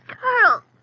Carl